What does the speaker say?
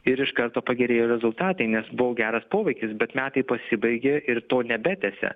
ir iš karto pagerėjo rezultatai nes buvo geras poveikis bet metai pasibaigė ir to nebetęsia